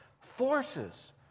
forces